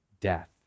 death